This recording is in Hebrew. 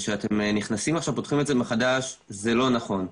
אתם נכנסים ופותחים את זה מחדש, זה לא נכון.